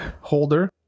holder